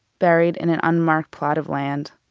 buried in an unmarked plot of land.